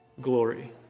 Glory